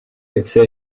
l’accès